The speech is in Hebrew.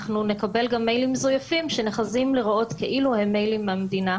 אנחנו נקבל גם מיילים מזויפים שנחזים להיראות כאילו הם מיילים מהמדינה,